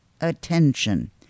attention